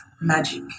magic